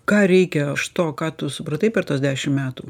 ką reikia iš to ką tu supratai per tuos dešim metų